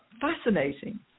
fascinating